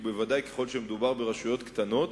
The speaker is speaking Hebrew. ודאי ככל שמדובר ברשויות קטנות,